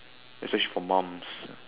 especially for moms